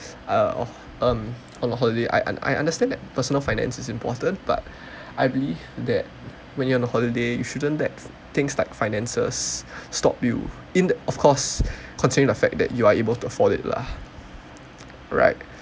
um on a holiday I un~ I understand that personal finance is important but I believe that when you're on a holiday you shouldn't let things like finances stop you in of course considering the fact that you are able to afford it lah right